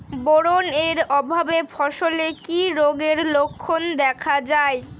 Boron এর অভাবে ফসলে কি রোগের লক্ষণ দেখা যায়?